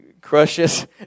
crushes